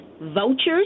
vouchers